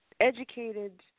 educated